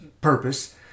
purpose